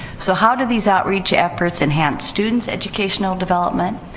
so, how did these outreach efforts enhance students' educational development?